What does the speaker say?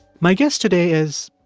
my guest today is